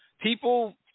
People